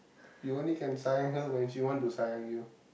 you can only sayang her when she want to sayang you